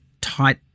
tight